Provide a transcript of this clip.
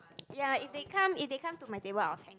ya if they come if they come to my table I'll thank